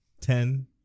ten